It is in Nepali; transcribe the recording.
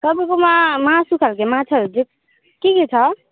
तपाईँकोमा मासु खालके माछाहरू चाहिँ के के छ